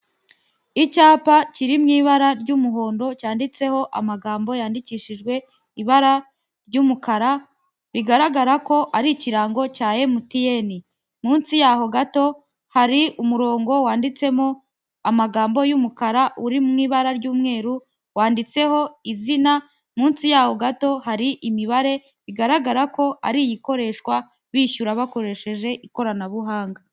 Icyapa kiri mu ibara ry'umuhondo cyanditseho amagambo yandikishijwe ibara ry'umukara bigaragara ko ari ikirango cya MTN, munsi yaho gato hari umurongo wanditsemo amagambo y'umukara uri mu ibara ry'umweru, wanditseho izina, munsi yawo gato hari imibare bigaragara ko ari ikoreshwa bishyura bakoresheje ikoranabuhanga.